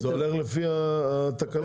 זה הולך לפי התקנות.